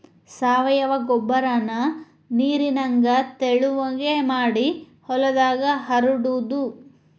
ಸಾವಯುವ ಗೊಬ್ಬರಾನ ನೇರಿನಂಗ ತಿಳುವಗೆ ಮಾಡಿ ಹೊಲದಾಗ ಹರಡುದು